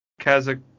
Kazakh